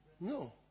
No